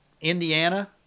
Indiana